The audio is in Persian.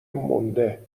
مونده